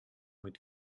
mit